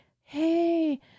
hey